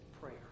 prayer